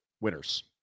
winners